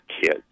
kids